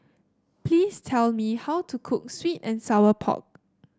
please tell me how to cook sweet and Sour Pork